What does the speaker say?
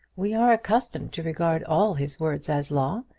we are accustomed to regard all his words as law,